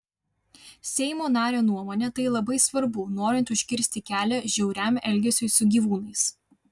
seimo nario nuomone tai labai svarbu norint užkirsti kelią žiauriam elgesiui su gyvūnais